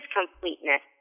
completeness